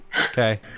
Okay